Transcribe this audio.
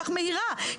מהירה,